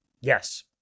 Yes